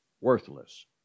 worthless